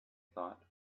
thought